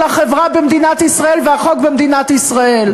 החברה במדינת ישראל והחוק במדינת ישראל.